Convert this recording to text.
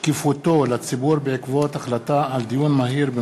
שקיפותו לציבור בעקבות דיון מהיר בהצעתו